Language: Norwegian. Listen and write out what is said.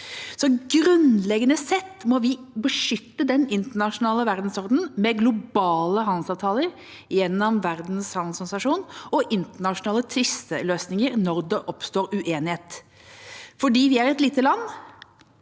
grunnleggende sett må vi beskytte den internasjonale verdensordenen med globale handelsavtaler gjennom Verdens handelsorganisasjon og internasjonale tvisteløsninger når det oppstår uenighet. Fordi vi er et lite land,